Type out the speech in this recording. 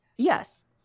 Yes